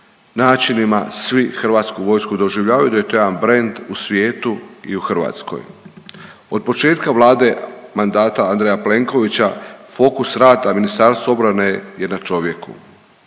načinima svi HV doživljavaju, da je to jedan brend u svijetu i u Hrvatskoj. Od početka Vlade mandata Andreja Plenkovića fokus rada Ministarstva obrane je na čovjeku.